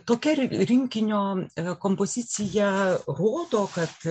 tokia ri rinkinio kompozicija rodo kad